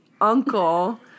uncle